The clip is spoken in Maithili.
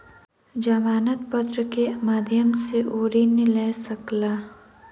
जमानत पत्र के माध्यम सॅ ओ ऋण लय सकला